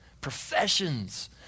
professions